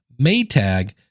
Maytag